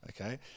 okay